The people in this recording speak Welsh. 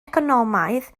economaidd